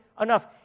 enough